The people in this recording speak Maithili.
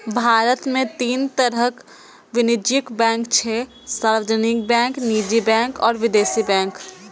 भारत मे तीन तरहक वाणिज्यिक बैंक छै, सार्वजनिक बैंक, निजी बैंक आ विदेशी बैंक